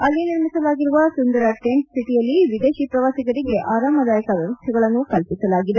ಅಲ್ಲಿ ನಿರ್ಮಿಸಲಾಗಿರುವ ಸುಂದರ ಟೆಂಟ್ ಸಿಟಿಯಲ್ಲಿ ವಿದೇಶಿ ಪ್ರವಾಸಿಗರಿಗೆ ಆರಾಮದಾಯಕ ವ್ಯವಸ್ಥೆಗಳನ್ನು ಕಲ್ಲಿಸಲಾಗಿದೆ